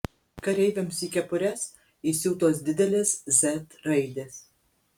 kareiviams į kepures įsiūtos didelės z raidės